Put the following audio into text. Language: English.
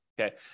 okay